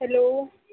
hello